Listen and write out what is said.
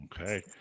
okay